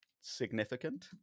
significant